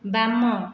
ବାମ